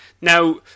Now